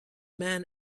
man